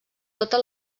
tota